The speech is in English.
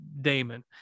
Damon